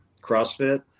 crossfit